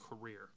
career